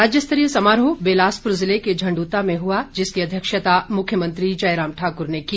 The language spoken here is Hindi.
राज्यस्तरीय समारोह बिलासपुर जिले के झण्डूता में हुआ जिसकी अध्यक्षता मुख्यमंत्री जयराम ठाकुर ने की